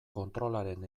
kontrolaren